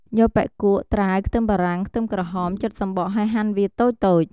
យកបុិកួៈ ត្រាវ ខ្ទឹមបារាំង ខ្ទឹមក្រហម ចិតសំបកហើយហាន់វាតូចៗ។